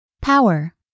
Power